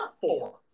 Four